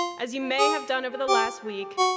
as you may have done over the last week,